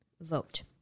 vote